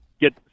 get